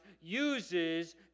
uses